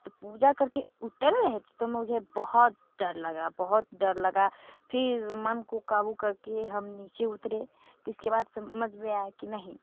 तो पूजा करके उतर रहे थे तो मुझे बहुत डर लगा बहुत डर लगा फिर मन को काबू करके हम नीचे उतरे तो इसके बाद समझ में आया कि नहीं